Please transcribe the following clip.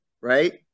right